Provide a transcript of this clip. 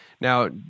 Now